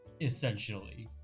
essentially